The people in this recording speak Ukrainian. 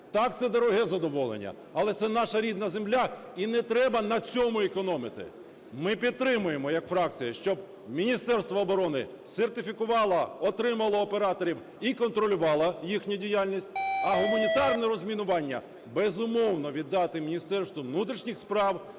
Так, це дороге задоволення, але це наша рідна земля і не треба на цьому економити. Ми підтримуємо як фракція, щоб Міністерство оборони сертифікувало, утримувало операторів і контролювало їхню діяльність. А гуманітарне розмінування, безумовно, віддати Міністерству внутрішніх справ